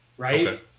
right